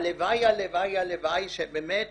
הלוואי, הלוואי שבאמת